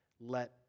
Let